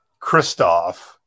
Kristoff